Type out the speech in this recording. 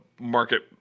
market